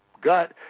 gut